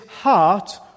heart